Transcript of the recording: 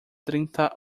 trinta